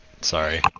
Sorry